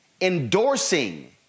endorsing